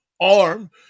arm